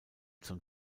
zum